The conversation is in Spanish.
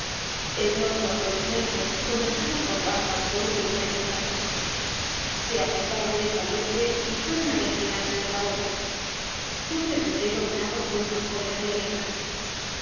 el blondo adolescente conversaba en voz baja con un grumete mulato se apartaron lentamente y fueron á reclinarse en la borda yo pregunté dominado por una cólera violenta